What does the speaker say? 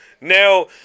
Now